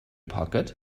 pocket